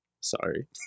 Sorry